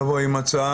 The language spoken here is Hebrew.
או לבוא עם הצעה.